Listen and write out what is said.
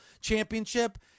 Championship